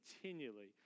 continually